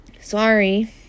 Sorry